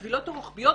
הקבילות הרוחביות,